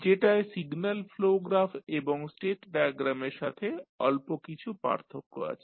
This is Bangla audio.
যেটায় সিগন্যাল ফ্লো গ্রাফ এবং স্টেট ডায়াগ্রামের সাথে অল্প কিছু পার্থক্য আছে